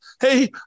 hey